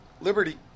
Liberty